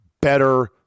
better